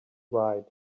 write